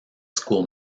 school